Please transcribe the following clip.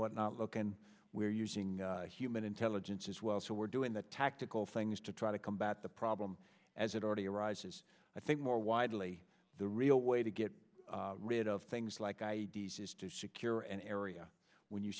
whatnot look and we're using human intelligence as well so we're doing the tactical things to try to combat the problem as it already arises i think more widely the real way to get rid of things like i d s is to secure an area when you